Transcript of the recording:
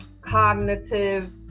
cognitive